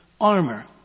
armor